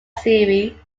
series